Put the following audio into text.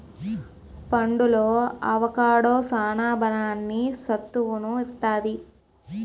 పండులో అవొకాడో సాన బలాన్ని, సత్తువును ఇత్తది